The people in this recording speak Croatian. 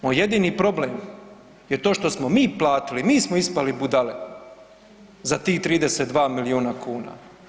Moj jedini problem je to što smo mi platili, mi smo ispali budale za tih 32 milijuna kuna.